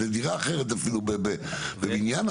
זה דירה אחרת אפילו, בבניין אחר.